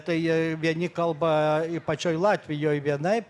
tai vieni kalba pačioj latvijoj vienai